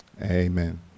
Amen